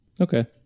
Okay